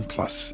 Plus